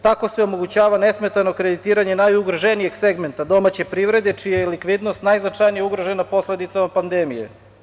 Tako se omogućava nesmetano kreditiranje najugroženijeg segmenta domaće privrede, čija je likvidnost najznačajnije ugrožena posledicama pandemije.